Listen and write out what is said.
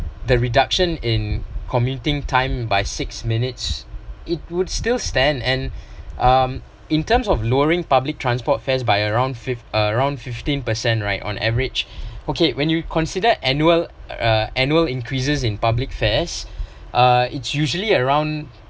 the reduction in commuting time by six minutes it would still stand and um in terms of lowering public transport fares by around fif~ around fifteen percent right on average okay when you consider annual uh annual increases in public fares uh it's usually around